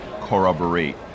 corroborate